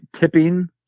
tipping